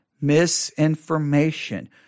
misinformation